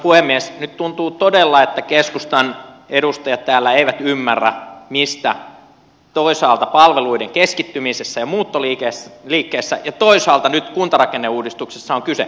nyt tuntuu todella että keskustan edustajat täällä eivät ymmärrä mistä toisaalta palveluiden keskittymisessä ja muuttoliikkeessä ja toisaalta nyt kuntarakenneuudistuksissa on kyse